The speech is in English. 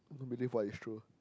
don't believe what is true